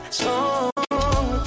song